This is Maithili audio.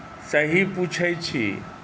सही पूछैत छी